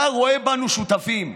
אתה רואה בנו שותפים,